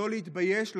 לא להתבייש.